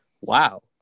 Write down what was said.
wow